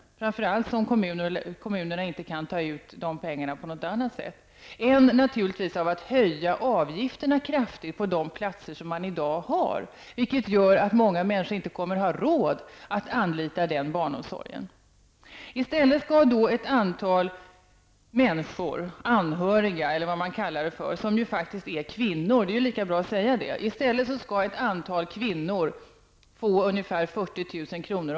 Detta gäller särskilt därför att kommunerna inte kan ta ut dessa pengar på något annat sätt än genom att höja avgifterna kraftigt för de platser man i dag har. Detta skulle leda till att många människor inte skulle ha råd att anlita den barnomsorgen. I stället skall nu ett antal människor, anhöriga eller vad man kallar det för -- det är ju kvinnor så låt oss säga som det är: i stället skall ett antal kvinnor få ungefär 40 000 kr.